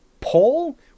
Paul